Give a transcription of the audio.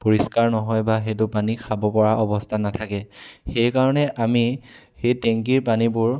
পৰিষ্কাৰ নহয় বা সেইটো পানী খাব পৰা অৱস্থাত নাথাকে সেই কাৰণে আমি সেই টেংকীৰ পানীবোৰ